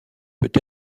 peut